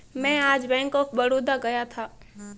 मैं आज bank of Baroda गया था